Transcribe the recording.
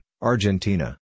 Argentina